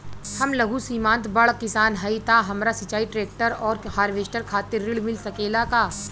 हम लघु सीमांत बड़ किसान हईं त हमरा सिंचाई ट्रेक्टर और हार्वेस्टर खातिर ऋण मिल सकेला का?